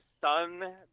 son